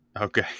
Okay